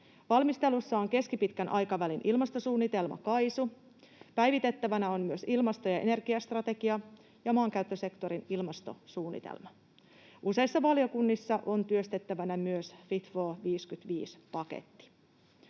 Valmistelussa on keskipitkän aikavälin ilmastosuunnitelma KAISU, päivitettävänä on myös ilmasto- ja energiastrategia ja maankäyttösektorin ilmastosuunnitelma. Useissa valiokunnissa on työstettävänä myös Fit for 55 ‑paketti.